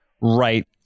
Right